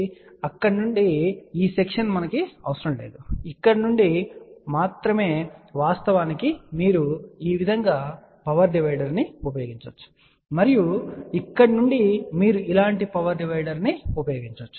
కాబట్టి ఇక్కడ నుండి ఈ సెక్షన్ అవసరం లేదు ఇక్కడ నుండి మాత్రమే వాస్తవానికి మీరు ఈ విధంగా పవర్ డివైడర్ను ఉపయోగించవచ్చు మరియు ఇక్కడ నుండి మీరు ఇలాంటి పవర్ డివైడర్ను ఉపయోగించవచ్చు